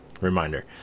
reminder